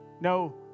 no